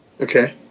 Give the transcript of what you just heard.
Okay